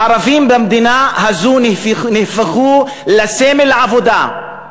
הערבים במדינה הזאת נהפכו לסמל עבודה.